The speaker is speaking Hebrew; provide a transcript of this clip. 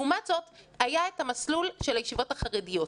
לעומת זאת היה את המסלול של הישיבות החרדיות,